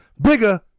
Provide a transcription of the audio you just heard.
Bigger